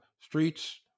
streets